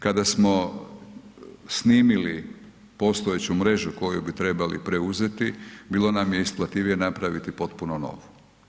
Kada smo snimili postojeću mrežu koju bi trebali preuzeti bilo nam je isplativije napraviti potpuno novu.